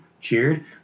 cheered